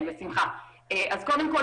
קודם כל,